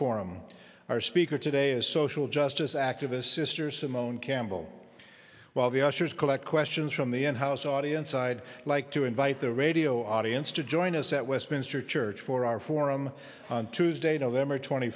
forum our speaker today is social justice activist sister simone campbell while the ushers collect questions from the end house audience i'd like to invite the radio audience to join us at westminster church for our forum on tuesday november twenty